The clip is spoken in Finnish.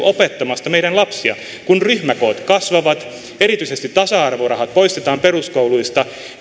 opettamasta meidän lapsia kun ryhmäkoot kasvavat erityisesti tasa arvorahat poistetaan peruskouluista